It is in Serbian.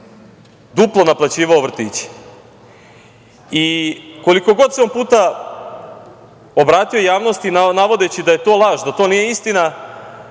duplo naplaćivao vrtiće. Koliko god se on puta obratio javnosti, navodeći da je to laž, da to nije istina,